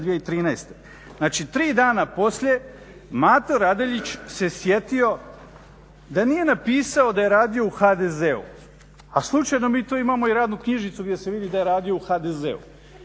Znači 3 dana poslije Mato Radeljić se sjetio da nije napisao da je radio u HDZ-u, a slučajno mi tu imamo i radnu knjižicu gdje se vidi da je radio u HDZ-u.